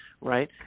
right